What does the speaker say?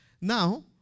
Now